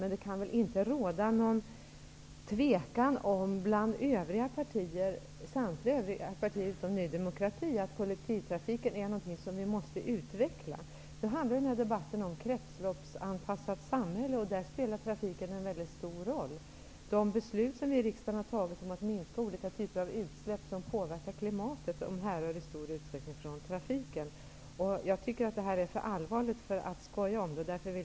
Men det kan inte råda något tvivel om att samtliga övriga partier utom Ny demokrati anser att kollektivtrafiken är något som vi måste utveckla. Denna debatt handlar om ett kretsloppsanpassat samhälle. Där spelar trafiken en mycket stor roll. Riksdagen har fattat beslut om att minska olika typer av utsläpp som påverkar klimatet. Dessa utsläpp härrör i stor utsträckning från trafiken. Detta är för allvarligt för att skoja om.